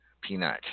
Peanut